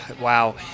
Wow